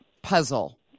puzzle